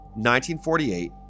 1948